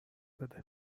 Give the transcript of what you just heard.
بده